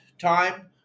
time